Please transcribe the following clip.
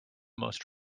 most